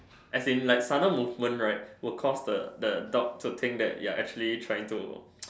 as in like sudden movement right will cause the the dog to think that you're actually trying to